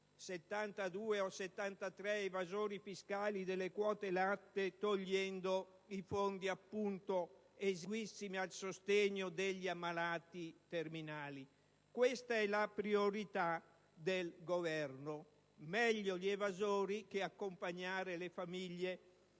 72 o 73 evasori fiscali delle quote latte, togliendo i fondi, già molto esigui, al sostegno degli ammalati terminali. Questa è la priorità del Governo: meglio aiutare gli evasori che accompagnare le famiglie